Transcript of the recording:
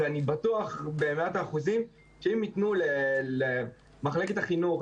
ואני בטוח במאה אחוז שאם ייתנו למחלקת החינוך,